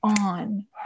on